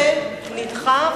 אז הדיון הזה נדחה.